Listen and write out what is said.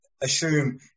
assume